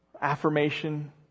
affirmation